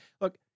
Look